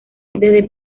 desde